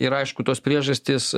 ir aišku tos priežastys